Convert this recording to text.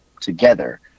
together